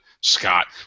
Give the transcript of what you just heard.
Scott